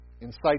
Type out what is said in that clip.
incite